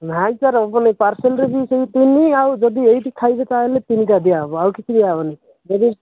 ନାଇଁ ସାର୍ ହେବନି ପାର୍ସଲ୍ରେ ବି ସେଇ ତିନି ଆଉ ଯଦି ଏଇଠି ଖାଇବେ ତାହେଲେ ତିନିଟା ଦିଆ ହେବ ଆଉ କିଛି ଦିଆ ହେବନି ଯଦି